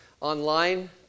online